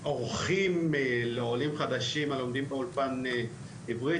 עורכים לעולים חדשים הלומדים באולפן עברית,